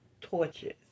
torches